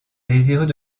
désireux